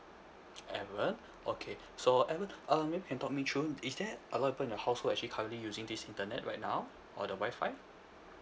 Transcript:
evan okay so evan uh maybe you can talk me through is there a lot of people in your house who actually currently using this internet right now or the WI-FI